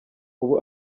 ubu